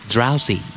Drowsy